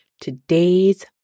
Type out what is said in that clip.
today's